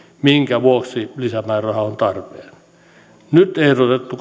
minkä vuoksi lisämääräraha on tarpeen nyt ehdotettu